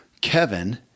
Kevin